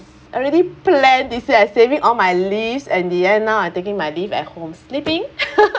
already planned this year I saving all my leaves and the end now I'm taking my leave at home sleeping